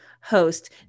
host